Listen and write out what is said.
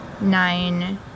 nine